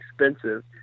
expensive